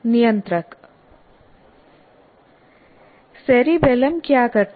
नियंत्रक सेरिबैलम क्या करता है